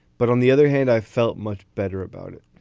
but on the other hand i felt much better about it.